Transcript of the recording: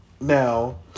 Now